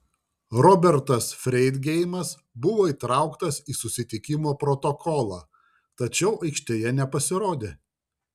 robertas freidgeimas buvo įtrauktas į susitikimo protokolą tačiau aikštėje nepasirodė